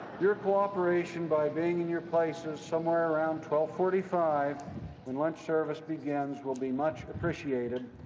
your cooperation by being in your places somewhere around twelve forty five when lunch service begins will be much appreciated.